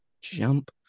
Jump